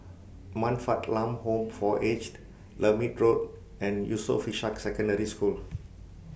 Man Fatt Lam Home For Aged Lermit Road and Yusof Ishak Secondary School